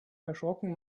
erschrocken